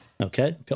Okay